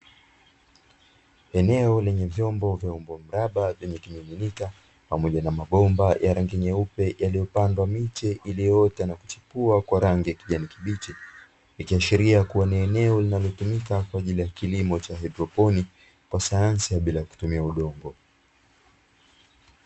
Eneo lenye vyombo vya umbo mraba vyenye kimiminika pamoja na mabomba ya rangi nyeupe, yaliyopandwa miche iliyoota na kuchipua kwa rangi ya kijani kibichi, ikiashiria kuwa ni eneo linalotumika kwa ajili ya kilimo cha haidroponi, kwa sayansi ya bila kutumia udongo.